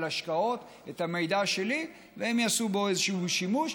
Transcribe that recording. השקעות את המידע שלי והם יעשו בו איזשהו שימוש.